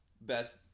best